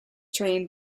trained